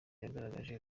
yagaragaje